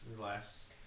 last